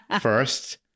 First